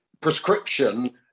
prescription